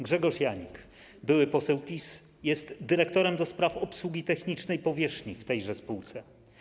Grzegorz Janik, były poseł PiS, jest dyrektorem do spraw obsługi technicznej powierzchni w tejże spółce.